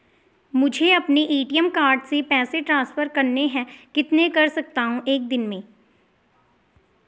मुझे अपने ATM card से पैसे ट्रांसफर करने हैं कितने कर सकता हूँ एक दिन में?